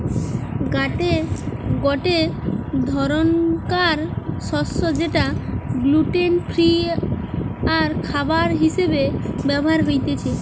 গটে ধরণকার শস্য যেটা গ্লুটেন ফ্রি আরখাবার হিসেবে ব্যবহার হতিছে